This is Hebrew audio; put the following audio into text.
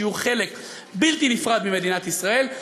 שיהיו חלק בלתי נפרד ממדינת ישראל,